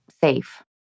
safe